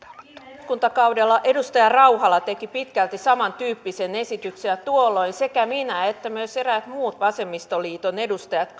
eduskuntakaudella edustaja rauhala teki pitkälti samantyyppisen esityksen ja tuolloin sekä minä että myös eräät muut vasemmistoliiton edustajat